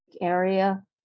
area